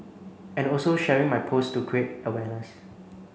and also sharing my post to create awareness